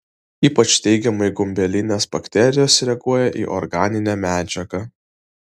ypač teigiamai gumbelinės bakterijos reaguoja į organinę medžiagą